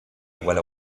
while